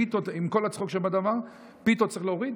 פיתות, עם כל הצחוק שבדבר, פיתות צריך להוריד.